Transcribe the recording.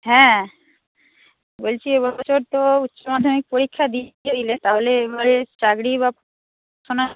হ্যাঁ বলছি এ বছর তো উচ্চমাধ্যমিক পরীক্ষা দিলে তাহলে এবারে চাকরি বা